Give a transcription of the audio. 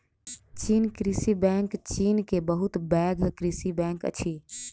चीन कृषि बैंक चीन के बहुत पैघ कृषि बैंक अछि